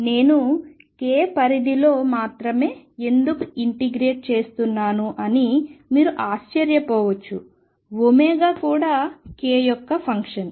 నేను k పరిధి లో మాత్రమే ఎందుకు ఇంటిగ్రేట్ చేస్తున్నాను అని మీరు ఆశ్చర్యపోవచ్చు కూడా k యొక్క ఫంక్షన్